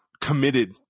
committed